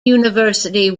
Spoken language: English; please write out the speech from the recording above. university